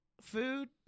Food